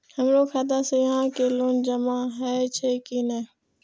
हमरो खाता से यहां के लोन जमा हे छे की ने?